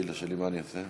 השאילתה שלי, מה אני אעשה?